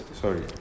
Sorry